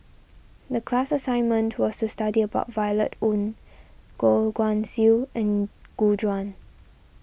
the class assignment was to study about Violet Oon Goh Guan Siew and Gu Juan